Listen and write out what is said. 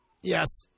yes